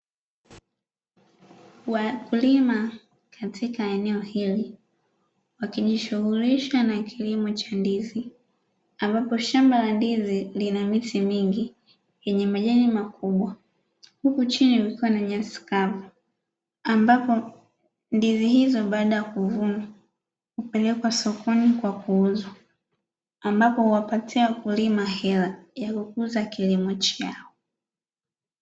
Wakulima katika eneo hili wakijishugulisha na kilimo cha ndizi ambapo shamba la ndizi lina miti mingi yenye majani makubwa, huku chini kukiwa na nyasi kavu ambapo ndizi hizo baada ya kuvunwa hupelekwa sokoni kwa kuuzwa, ambapo huwapatia wakulima hela ya kukuza kilimo chao.